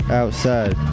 outside